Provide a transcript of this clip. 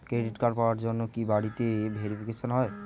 Credit card পাওয়ার জন্য কি বাড়িতে ভেরিফিকেশন হয়?